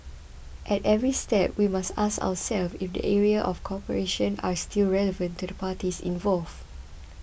at every step we must ask ourselves if the areas of cooperation are still relevant to the parties involved